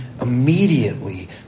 immediately